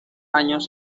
años